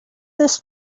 this